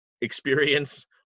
experience